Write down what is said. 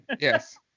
yes